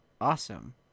awesome